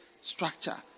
structure